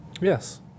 Yes